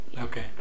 Okay